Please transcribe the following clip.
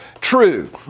true